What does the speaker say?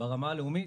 ברמה הלאומית,